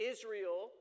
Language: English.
Israel